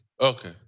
Okay